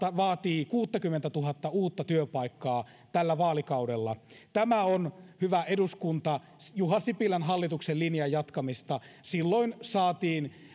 vaatii kuuttakymmentätuhatta uutta työpaikkaa tällä vaalikaudella tämä on hyvä eduskunta juha sipilän hallituksen linjan jatkamista silloin saatiin